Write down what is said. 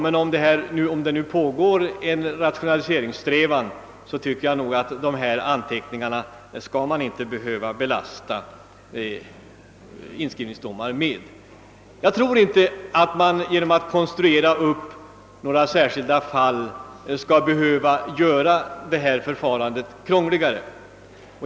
Men när man nu strävar efter att rationalisera på detta område, så anser jag att inskrivningsdomarna inte skall behöva belastas med dessa nya anteckningar. Jag tycker inte att man genom att konstruera upp särskilda, exceptionella fall skall göra det krångligare.